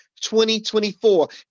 2024